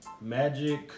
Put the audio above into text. magic